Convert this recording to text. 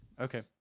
Okay